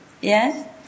Yes